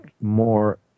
more